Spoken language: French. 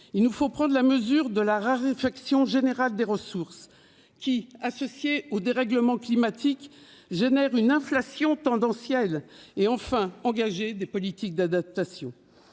Il nous faut prendre la mesure de la raréfaction générale des ressources, qui, associée au dérèglement climatique, entraîne une inflation tendancielle et engager enfin des politiques d'adaptation.